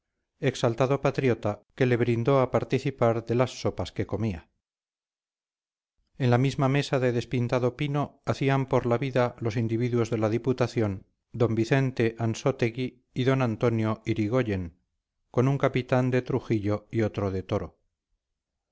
exaltado patriota que le brindó a participar de las sopas que comía en la misma mesa de despintado pino hacían por la vida los individuos de la diputación d vicente ansótegui y d antonio irigoyen con un capitán de trujillo y otro de toro